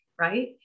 right